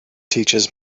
teaches